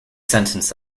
sentence